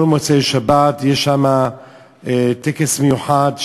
כל מוצאי-שבת יש שם טקס מיוחד,